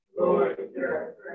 Lord